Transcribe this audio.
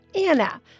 Anna